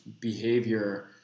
behavior